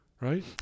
Right